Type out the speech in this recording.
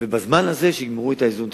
ובזמן הזה, שיגמרו את איזון התיקים.